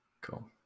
Cool